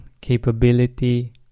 capability